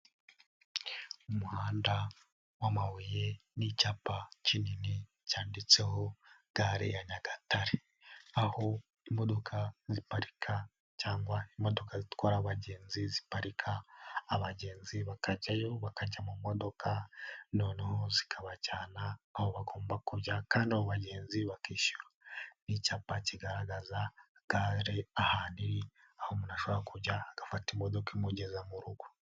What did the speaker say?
Umuhanda wamabuye n'icyapa kinini cyanditseho gare ya Nyagatare, aho imodoka ziparika cyangwa imodoka zitwara abagenzi ziparika abagenzi bakajyayo bakajya mu modoka noneho zikabajyana aho bagomba kujya kandi abo bagenzi bakishyura. Ni icyapa kigaragaza gare aha iri aho umuntu ashobora kujya agafata imodoka imugeza mu rugo.